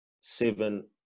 Seven